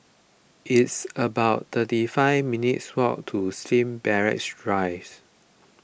it's about thirty five minutes' walk to Slim Barracks Rise